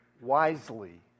wisely